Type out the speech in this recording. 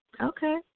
Okay